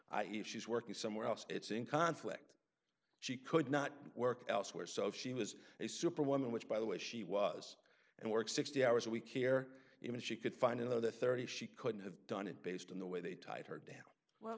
e if she's working somewhere else it's in conflict she could not work elsewhere so if she was a superwoman which by the way she was and work sixty hours a week here even if she could find another thirty she couldn't have done it based on the way they tied her down well